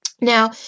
Now